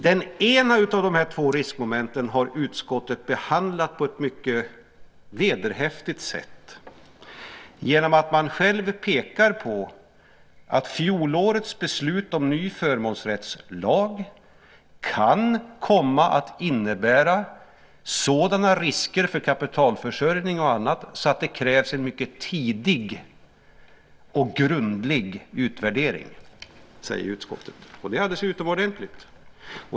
Det ena av de två riskmomenten har utskottet behandlat på ett mycket vederhäftigt sätt genom att man själv pekar på att fjolårets beslut om ny förmånsrättslag kan komma att innebära sådana risker för kapitalförsörjning och annat att det krävs en mycket tidig och grundlig utvärdering. Det säger utskottet. Det är alldeles utomordentligt.